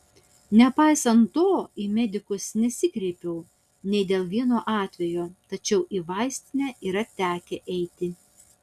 nepaisant to į medikus nesikreipiau nei dėl vieno atvejo tačiau į vaistinę yra tekę eiti